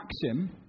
maxim